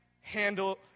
handle